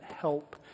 help